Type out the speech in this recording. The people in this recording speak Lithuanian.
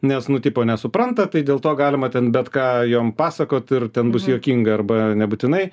nes nu tipo nesupranta tai dėl to galima ten bet ką jom pasakot ir ten bus juokinga arba nebūtinai